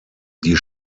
die